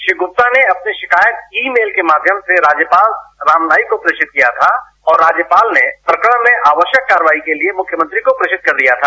श्री गुप्ता ने अपनी शिकायत ई मेल के माध्यम से राज्यपाल रामनाईक को प्रेषित किया था और राज्यपाल ने प्रकरण में आवश्यक कार्रवाई के लिए मुख्यमंत्री को प्रेषित कर दिया था